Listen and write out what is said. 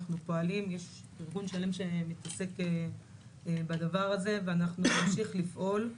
אנחנו פועלים ויש ארגון שלם שמתעסק בדבר הזה ונמשיך לפעול.